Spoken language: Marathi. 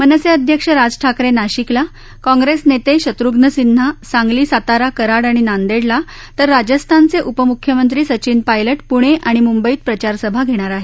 मनसे अध्यक्ष राज ठाकरे नाशिकला काँग्रेस नेते शत्र्घ्न सिन्हा सांगली सातारा कराड आणि नांदेडला तर राजस्थानचे उपम्ख्यमंत्री सचीन पायलट प्णे आणि मुंबईत प्रचार सभा घेणार आहेत